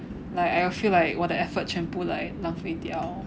like I will feel like 我的 effort 全部 like 浪费掉